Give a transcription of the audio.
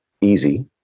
easy